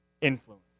influence